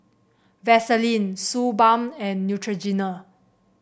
Vaselin Suu Balm and Neutrogena